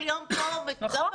נכון.